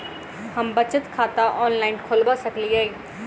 हम बचत खाता ऑनलाइन खोलबा सकलिये?